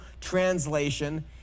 translation